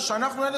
זה בעניין